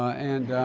and